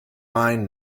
mine